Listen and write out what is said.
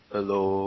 Hello